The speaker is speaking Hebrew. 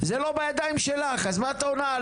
זה לא בידיים שלך, אז מה את עונה?